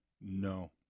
No